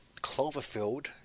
Cloverfield